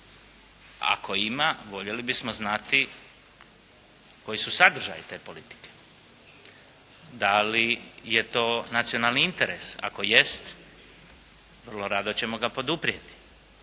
Ako ima, voljeli bismo znati koji su sadržaji te politike? Da li je to nacionalni interes? Ako jest, vrlo rado ćemo ga poduprijeti.